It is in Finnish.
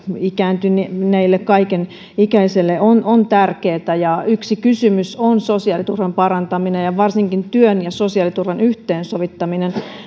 ikääntyneille kaikenikäisille on on tärkeää ja yksi kysymys on sosiaaliturvan parantaminen ja varsinkin työn ja sosiaaliturvan yhteensovittaminen